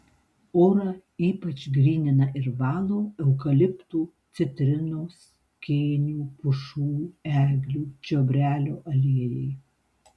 orą ypač grynina ir valo eukaliptų citrinos kėnių pušų eglių čiobrelio aliejai